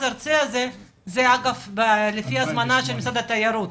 הארצי הזה היה לפי הזמנה של משרד התיירות,